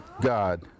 God